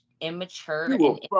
immature